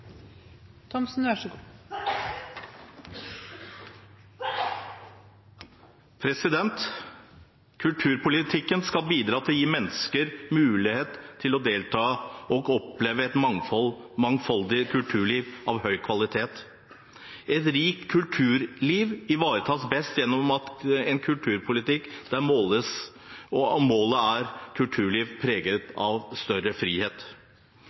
Kulturpolitikken skal bidra til å gi mennesker mulighet til å delta i og oppleve et mangfoldig kulturliv av høy kvalitet. Et rikt kulturliv ivaretas best gjennom en kulturpolitikk der målet er et kulturliv preget av større frihet.